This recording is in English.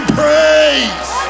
praise